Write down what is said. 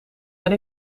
ben